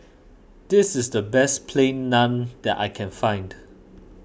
this is the best Plain Naan that I can find